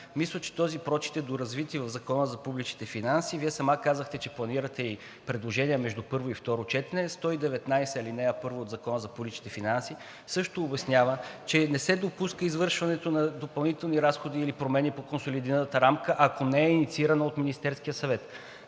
Мисля, че този прочит е доразвит в Закона за публичните финанси, и Вие сама казахте, че планирате и предложения между първо и второ четене – чл. 119, ал. 1 от Закона за публичните финанси също обяснява, че не се допуска извършването на допълнителни разходи или промени по консолидираната рамка, ако не е инициирано от Министерския съвет.